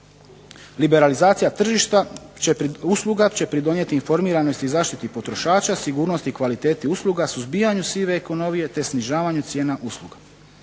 Liberalizacija tržišta usluga će pridonijeti informiranosti i zaštiti potrošača, sigurnosti kvalitete usluga, suzbijanju sive ekonomije te snižavanju cijena usluga.